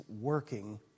working